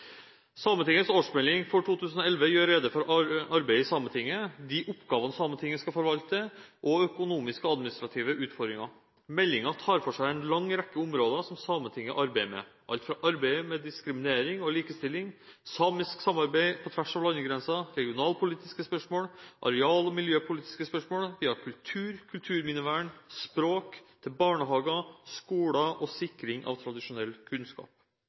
Sametingets årsmelding for 2011 gjør rede for arbeidet i Sametinget, de oppgavene Sametinget skal forvalte og økonomiske og administrative utfordringer. Meldingen tar for seg en lang rekke områder som Sametinget arbeider med – alt fra arbeid med diskriminering og likestilling, samisk samarbeid på tvers av landegrenser, regionalpolitiske spørsmål, areal- og miljøpolitiske spørsmå1 via kultur, kulturminnevern og språk, til barnehager, skoler og sikring av tradisjonell kunnskap.